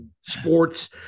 sports